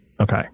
okay